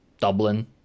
dublin